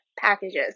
packages